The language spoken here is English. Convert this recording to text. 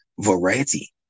variety